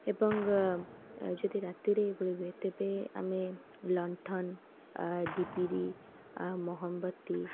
ଏବଂ ଯଦି ରାତିରେ ବେଳେବେଳେ ହୁଏ ତେବେ ଆମେ ଲଣ୍ଠନ ଡିବିରି ମହମବତୀ